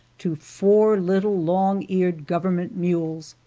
to four little long-eared government mules!